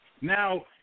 Now